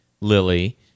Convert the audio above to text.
Lily